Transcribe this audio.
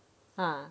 ah